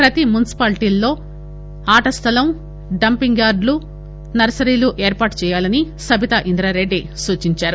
ప్రతి మున్పిపాలిటీలలో ఆట స్లలం డంపింగ్ యాడ్ లు నర్పరీలు ఏర్పాటు చేయాలనీ సబితా ఇంద్రా రెడ్డి సూచించారు